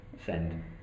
send